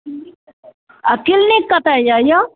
आ क्लिनिक कतऽ अइऔ